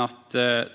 Att